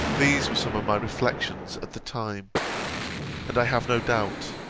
these were some of my reflections at the time and i have no doubt,